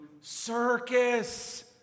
circus